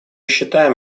считаем